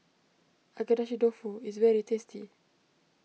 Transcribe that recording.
Agedashi Dofu is very tasty